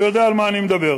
ויודע על מה אני מדבר.